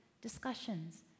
discussions